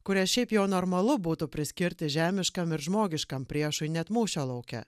kurias šiaip jau normalu būtų priskirti žemiškam ir žmogiškam priešui net mūšio lauke